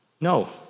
No